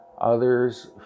others